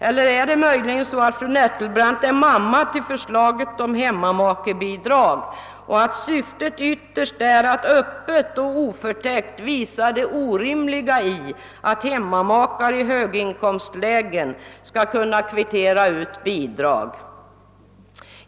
Eller är det möjligen så, att fru Nettelbrandt är mamma till förslaget om hemmama kebidrag och att syftet ytterst är att öppet och oförtäckt visa det orimliga i att hemmamakar i höginkomstlägen skall kunna kvittera ut bidrag?